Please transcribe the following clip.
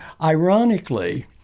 ironically